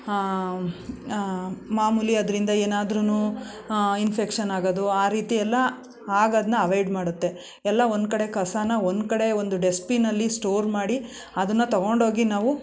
ಮಾಮೂಲಿ ಅದರಿಂದ ಏನಾದ್ರೂ ಇನ್ಫೆಕ್ಷನ್ ಆಗೋದು ಆ ರೀತಿಯೆಲ್ಲ ಆಗೋದ್ನ ಅವಾಯ್ಡ್ ಮಾಡುತ್ತೆ ಎಲ್ಲ ಒಂದ್ಕಡೆ ಕಸನ ಒಂದ್ಕಡೆ ಒಂದು ಡಸ್ಟ್ಬಿನಲ್ಲಿ ಸ್ಟೋರ್ ಮಾಡಿ ಅದನ್ನ ತಗೊಂಡೋಗಿ ನಾವು